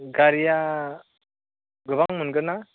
गारिया गोबां मोनगोना